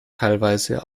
teilweise